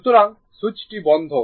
সুতরাং স্যুইচটি বন্ধ